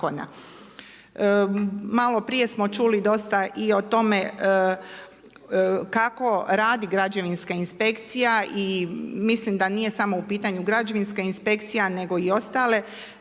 Maloprije smo čuli dosta i o tome kako radi građevinska inspekcija i mislim da nije samo u pitanju građevinska inspekcija, nego i ostale